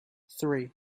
three